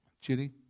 Judy